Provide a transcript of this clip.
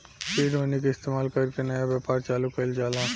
seed money के इस्तमाल कर के नया व्यापार चालू कइल जाला